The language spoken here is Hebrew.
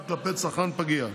שבוצעה כלפי צרכן פגיע.